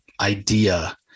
idea